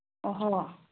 ꯑꯣꯍꯣ